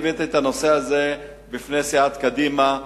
הבאתי את הנושא הזה בפני סיעת קדימה,